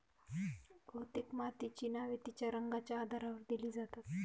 बहुतेक मातीची नावे तिच्या रंगाच्या आधारावर दिली जातात